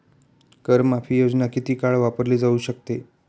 कर माफी योजना किती काळ वापरली जाऊ शकते?